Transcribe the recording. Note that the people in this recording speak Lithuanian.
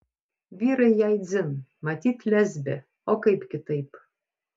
vyrai jai dzin matyt lesbė o kaip kitaip